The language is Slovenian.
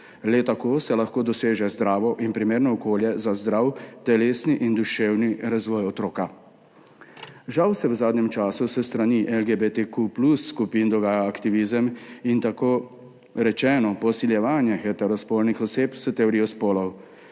Le tako se lahko doseže zdravo in primerno okolje za zdrav telesni in duševni razvoj otroka. Žal se v zadnjem času s strani skupin LGBTQ+ dogaja aktivizem in tako rečeno posiljevanje heterospolnih oseb s teorijo spolov.